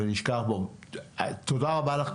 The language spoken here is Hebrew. תודה רבה לך.